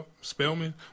Spellman